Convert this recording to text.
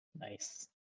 Nice